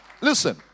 listen